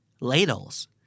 Ladles